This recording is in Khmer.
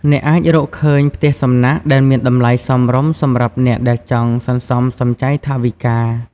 អ្នកអាចរកឃើញ ផ្ទះសំណាក់ ដែលមានតម្លៃសមរម្យសម្រាប់អ្នកដែលចង់សន្សំសំចៃថវិកា។